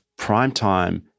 primetime